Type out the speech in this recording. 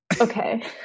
Okay